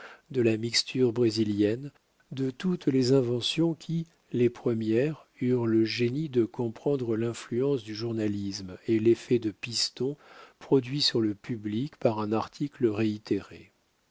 de la mixture brésilienne de toutes les inventions qui les premières eurent le génie de comprendre l'influence du journalisme et l'effet de piston produit sur le public par un article réitéré